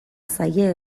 zaie